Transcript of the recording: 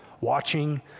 Watching